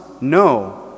no